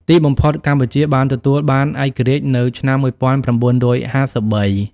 ទីបំផុត កម្ពុជាបានទទួលបានឯករាជ្យនៅឆ្នាំ ១៩៥៣។